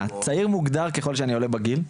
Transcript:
צעיר מוגדר ככל שאני עולה בגיל,